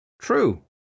True